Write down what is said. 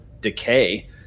Decay